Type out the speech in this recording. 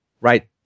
Right